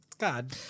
God